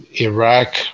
Iraq